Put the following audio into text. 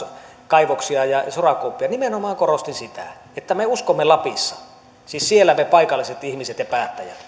kaivoksia ja sorakuoppia nimenomaan korostin sitä että me uskomme lapissa siis siellä me paikalliset ihmiset ja päättäjät